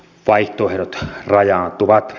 eli yhteenvetona